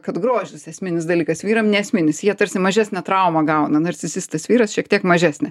kad grožis esminis dalykas vyram neesminis jie tarsi mažesnę traumą gauna narcisistas vyras šiek tiek mažesnę